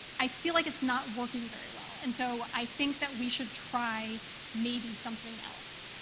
i feel like it's not working very well. and so i think that we should try maybe something else.